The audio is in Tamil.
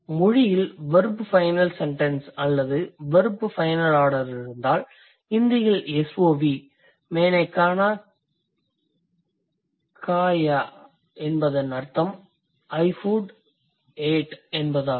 மொழியில் வெர்ப் ஃபைனல் செண்டென்ஸ் அல்லது ஒரு வெர்ப் ஃபைனல் ஆர்டர் இருந்தால் இந்தியில் SOV maine khaanaa khaayaa என்பதன் அர்த்தம் I food ate என்பதாகும்